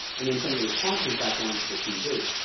and then send the responses back down to the tv.